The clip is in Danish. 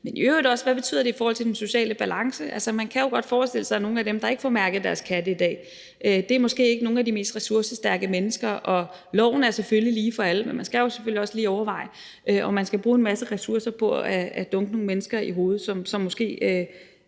Men i øvrigt også: Hvad betyder det i forhold til den sociale balance? Man kan jo godt forestille sig, at nogle af dem, der ikke får mærket deres katte i dag, måske ikke er nogle af de mest ressourcestærke mennesker. Loven er selvfølgelig lige for alle, men man skal selvfølgelig også lige overveje, om man skal bruge en masse ressourcer på at dunke nogle mennesker i hovedet, som måske